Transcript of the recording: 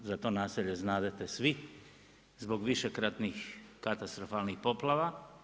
Za to naselje znadete svi zbog višekratnih katastrofalnih poplava.